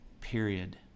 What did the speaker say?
period